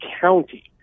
county